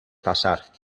passar